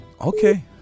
Okay